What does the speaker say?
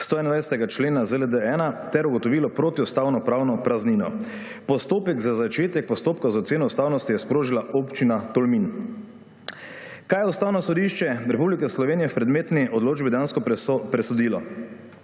121. člena ZLD-1 ter ugotovilo protiustavno pravno praznino. Postopek za začetek postopka za oceno ustavnosti je sprožila Občina Tolmin. Kaj je Ustavno sodišče Republike Slovenije v predmetni odločbi dejansko presodilo?